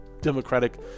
democratic